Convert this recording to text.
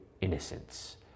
innocence